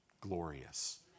Glorious